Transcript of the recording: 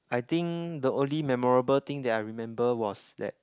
I think the only memorable thing that I remember was that